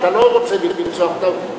אתה לא רוצה לרצוח אותם,